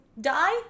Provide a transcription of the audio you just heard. die